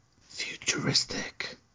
Futuristic